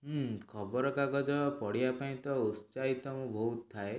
ହୁଁ ଖବରକାଗଜ ପଢ଼ିବାପାଇଁ ତ ଉତ୍ସାହିତ ମୁଁ ବହୁତ ଥାଏ